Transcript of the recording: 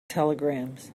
telegrams